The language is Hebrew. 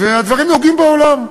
והדברים נוהגים בעולם.